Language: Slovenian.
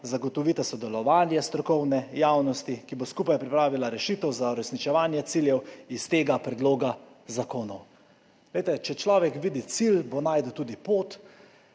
zagotovite sodelovanje strokovne javnosti, ki bo skupaj pripravila rešitev za uresničevanje ciljev iz tega predloga zakonov. Če človek vidi cilj, bo našel tudi pot,